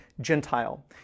Gentile